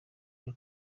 ryo